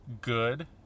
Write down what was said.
good